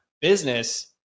business